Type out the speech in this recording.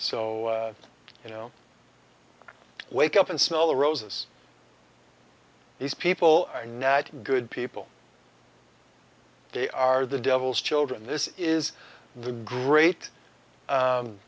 so you know wake up and smell the roses these people are not good people they are the devil's children this is the great